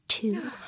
Two